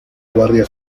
guardia